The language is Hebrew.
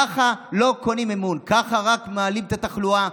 ככה לא קונים אמון, ככה רק מעלים את התחלואה.